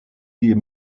des